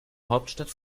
hauptstadt